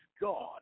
God